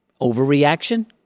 Overreaction